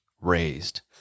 raised